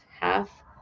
half